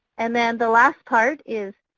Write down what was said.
and then the last part is